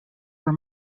were